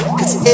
cause